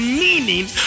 meaning